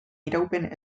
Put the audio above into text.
iraupen